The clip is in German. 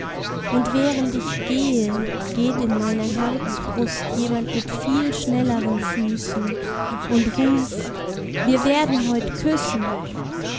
und während ich gehe geht in meiner herzbrust jemand mit viel schnelleren füßen und ruft wir werden heut küssen